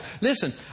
Listen